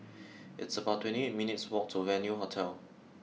it's about twenty eight minutes' walk to Venue Hotel